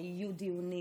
היו דיונים.